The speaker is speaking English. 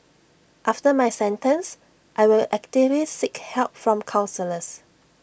after my sentence I will actively seek help from counsellors